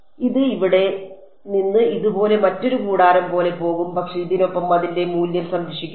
ഇത് ഇവിടെ നിന്ന് ഇതുപോലെ മറ്റൊരു കൂടാരം പോലെ പോകും പക്ഷേ ഇതിനൊപ്പം അതിന്റെ മൂല്യം സംരക്ഷിക്കപ്പെടും